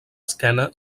esquena